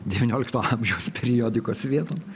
devyniolikto amžiaus periodikos vieton